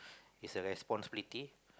is a responsibility